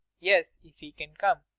yes, if he can come.